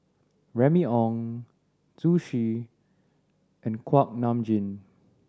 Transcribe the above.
Remy Ong Zhu Xu and Kuak Nam Jin